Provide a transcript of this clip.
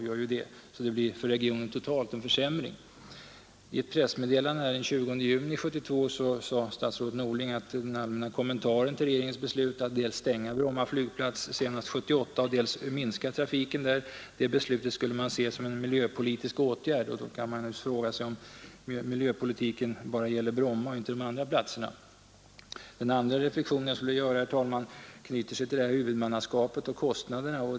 För regionen totalt blir det således en försämring. I ett pressmeddelande den 20 juni 1972 sade statsrådet Norling i en allmän kommentar till regeringens beslut att dels stänga Bromma flygplats senast 1978, dels minska trafiken där, att beslutet skulle ses som en miljöpolitisk åtgärd. Man frågar sig då om miljöpolitiken bara gäller Bromma och inte de andra platserna. Min andra reflexion knyter sig till huvudmannaskap och kostnader.